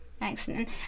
Excellent